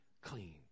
clean